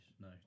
No